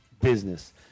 business